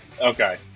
okay